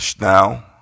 now